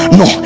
no